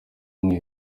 umwe